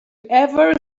ever